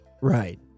Right